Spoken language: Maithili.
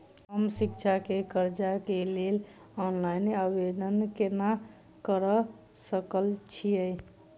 हम शिक्षा केँ कर्जा केँ लेल ऑनलाइन आवेदन केना करऽ सकल छीयै?